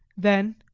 then,